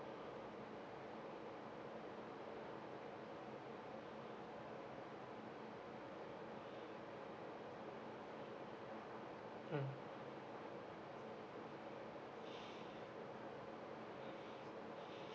mm